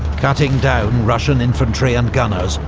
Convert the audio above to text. cutting down russian infantry and gunners,